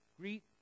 Greet